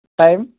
time